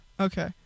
okay